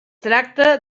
tracta